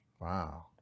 Wow